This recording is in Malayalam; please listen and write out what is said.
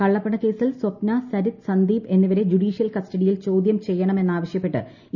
കള്ളപ്പണക്കേസിൽ സ്വപ്ന സരിത്ത് സന്ദീപ് എന്നിവരെ ജുഡീഷ്യൽ കസ്റ്റഡിയിൽ ചോദ്യം ചെയ്യണം എന്നാവശ്യപ്പെട്ട് ഇ